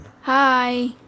Hi